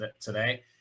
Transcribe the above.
today